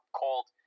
called